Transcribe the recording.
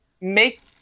make